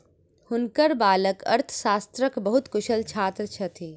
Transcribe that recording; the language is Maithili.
हुनकर बालक अर्थशास्त्रक बहुत कुशल छात्र छथि